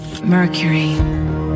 Mercury